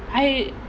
I